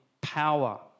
power